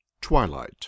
Twilight